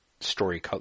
story